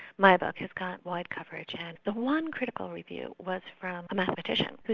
my book, has got wide coverage, and the one critical review was from a mathematician,